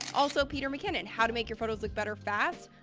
also, peter mckinnon, how to make your photos look better fast,